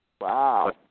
Wow